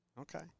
Okay